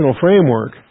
framework